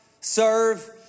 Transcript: serve